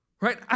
right